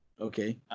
Okay